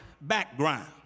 background